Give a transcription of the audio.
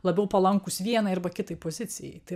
labiau palankūs vienai arba kitai pozicijai tai